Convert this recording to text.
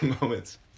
moments